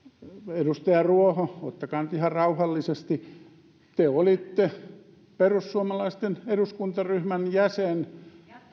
edustaja ruoho ottakaa nyt ihan rauhallisesti te olitte perussuomalaisten eduskuntaryhmän jäsen